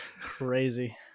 crazy